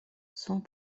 sont